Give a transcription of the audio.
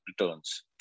returns